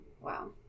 Wow